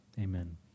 Amen